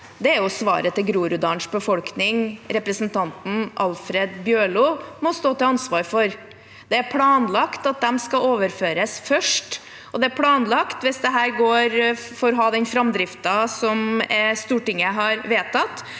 Det er svaret til Groruddalens befolkning som representanten Alfred Jens Bjørlo må stå til ansvar for. Det er planlagt at de skal overføres først, og det er planlagt – hvis dette får ha den framdriften som Stortinget har vedtatt